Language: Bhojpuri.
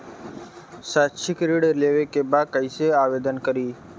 शैक्षिक ऋण लेवे के बा कईसे आवेदन करी?